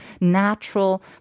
natural